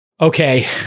okay